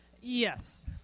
Yes